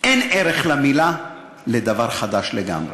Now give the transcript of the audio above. "אין ערך למילה" לדבר חדש לגמרי.